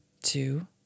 two